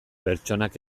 pertsonak